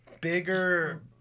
bigger